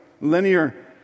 linear